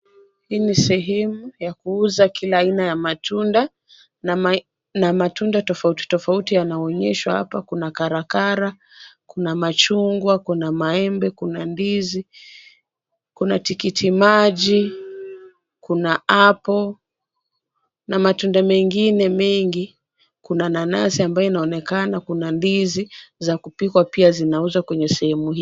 Hii ni sehemu ya kuuza kila aina ya matunda na matunda tofauti tofauti yanaonyeshwa. Hapa kuna karakara, kuna machungwa, kuna maembe, kuna ndizi, kuna tikiti maji, kuna apple na matunda mengine mengi. Kuna nanasi ambayo inaonekana. Kuna ndizi za kupikwa pia zinauzwa kwenye sehemu hii.